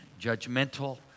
judgmental